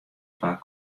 twa